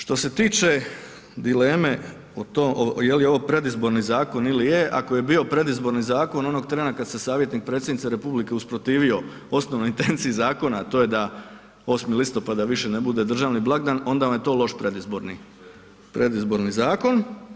Što se tiče dileme je li ovo predizborni zakon ili je, ako je bio predizborni zakon onog trena kada se savjetnik predsjednice Republike usprotivio osnovnoj intenciji zakona a to je da 8. listopada više ne bude državni blagdan onda vam je to loš predizborni zakon.